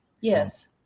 yes